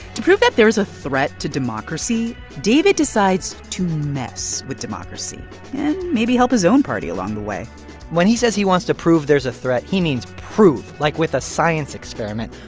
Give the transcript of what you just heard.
to prove that there is a threat to democracy, david decides to mess with democracy and maybe help his own party along the way when he says he wants to prove there's a threat, he mean proof, like with a science experiment,